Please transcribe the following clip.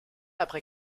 après